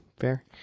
fair